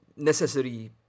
necessary